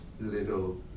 little